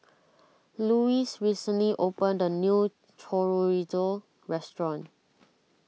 Louise recently opened a new Chorizo restaurant